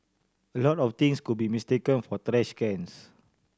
a lot of things could be mistaken for trash cans